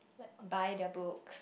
buy their books